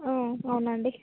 అవునండి